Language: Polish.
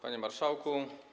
Panie Marszałku!